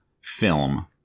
film